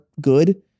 good